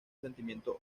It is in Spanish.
sentimiento